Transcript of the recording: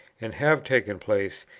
and have taken place,